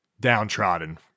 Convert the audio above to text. downtrodden